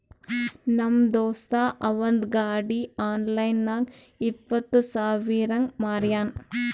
ನಮ್ ದೋಸ್ತ ಅವಂದ್ ಗಾಡಿ ಆನ್ಲೈನ್ ನಾಗ್ ಇಪ್ಪತ್ ಸಾವಿರಗ್ ಮಾರ್ಯಾನ್